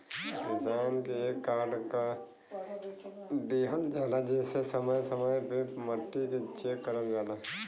किसान के एक कार्ड दिहल जाला जेसे समय समय पे मट्टी के चेक करल जाला